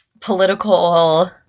political